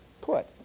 put